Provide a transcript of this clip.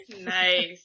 Nice